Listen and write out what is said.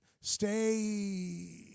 stay